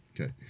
Okay